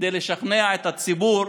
כדי לשכנע את הציבור,